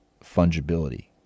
fungibility